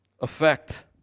effect